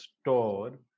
store